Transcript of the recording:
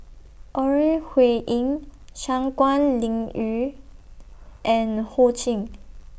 Ore Huiying Shangguan Liuyun and Ho Ching